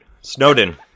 Snowden